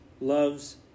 loves